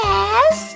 Yes